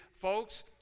Folks